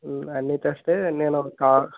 అన్నీ తెస్తే నేను ఒక కా